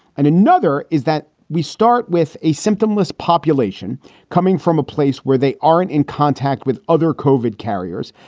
and another is that we start with a symptomless population coming from a place where they aren't in contact with other cauvin carriers.